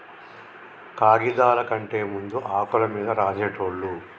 కాగిదాల కంటే ముందు ఆకుల మీద రాసేటోళ్ళు